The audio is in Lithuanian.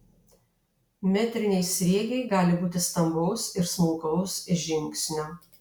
metriniai sriegiai gali būti stambaus ir smulkaus žingsnio